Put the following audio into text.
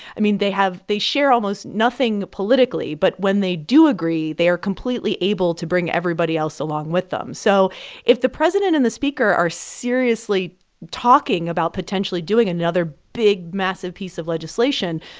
i mean, they have they share almost nothing politically, but when they do agree, they are completely able to bring everybody else along with them. so if the president and the speaker are seriously talking about potentially doing another big, massive piece of legislation,